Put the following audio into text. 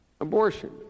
abortion